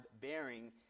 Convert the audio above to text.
bearing